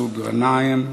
מסעוד גנאים,